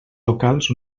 locals